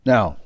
Now